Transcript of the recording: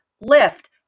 lift